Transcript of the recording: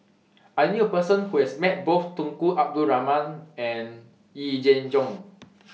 I knew A Person Who has Met Both Tunku Abdul Rahman and Yee Jenn Jong